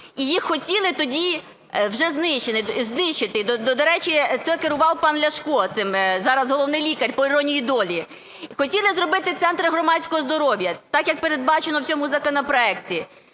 і їх хотіли тоді вже знищити, до речі, цим керував пан Ляшко, зараз Головний лікар, по іронії долі. Хотіли зробити центри громадського здоров'я, так, як передбачено в цьому законопроекті.